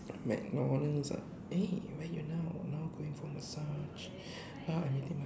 MacDonald's ah eh where are you now now I'm going for message !huh! I'm meeting